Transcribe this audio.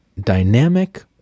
dynamic